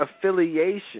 affiliation